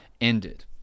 ended